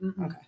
Okay